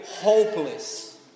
hopeless